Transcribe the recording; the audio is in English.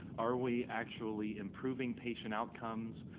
are we actually improving patient outcomes?